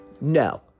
No